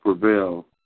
prevail